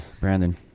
Brandon